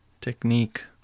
technique